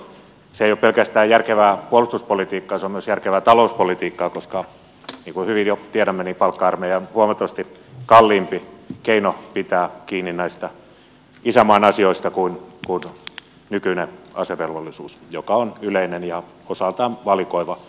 se ei ole pelkästään järkevää puolustuspolitiikkaa se on myös järkevää talouspolitiikkaa koska niin kuin hyvin jo tiedämme palkka armeija on huomattavasti kalliimpi keino pitää kiinni näistä isänmaan asioista kuin nykyinen asevelvollisuus joka on yleinen ja osaltaan valikoiva